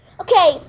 Okay